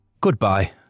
Goodbye